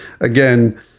again